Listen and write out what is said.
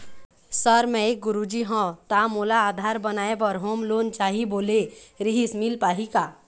Sir मे एक गुरुजी हंव ता मोला आधार बनाए बर होम लोन चाही बोले रीहिस मील पाही का?